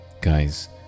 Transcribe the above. guys